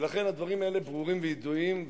ולכן הדברים האלה ברורים וידועים,